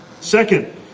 Second